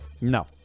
No